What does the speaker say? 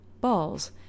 balls